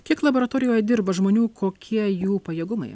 kiek laboratorijoj dirba žmonių kokie jų pajėgumai